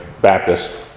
Baptist